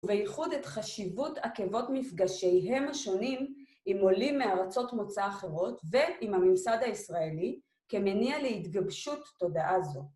ובייחוד את חשיבות עקבות מפגשיהם השונים עם עולים מארצות מוצא אחרות ועם הממסד הישראלי כמניע להתגבשות תודעה זו.